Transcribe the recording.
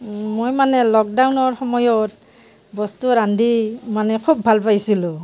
মই মানে লকডাউনৰ সময়ত বস্তু ৰান্ধি মানে খুব ভাল পাইছিলোঁ